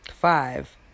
five